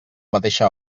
mateixa